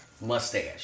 mustache